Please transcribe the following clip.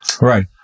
Right